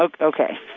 Okay